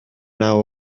naw